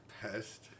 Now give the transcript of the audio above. pest